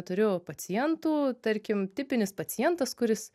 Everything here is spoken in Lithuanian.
turiu pacientų tarkim tipinis pacientas kuris